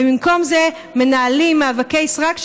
ובמקום זה מנהלים מאבקי סרק,